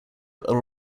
are